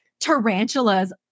Tarantulas